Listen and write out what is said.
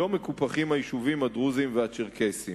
היישובים הדרוזיים והצ'רקסיים